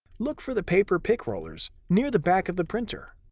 look for the paper pick rollers near the back of the printer.